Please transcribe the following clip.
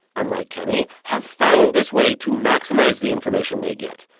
unlike kenny, have found this way to maximize the information they get.